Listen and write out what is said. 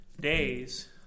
days